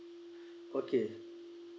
okay